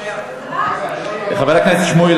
זה נושא כזה חשוב,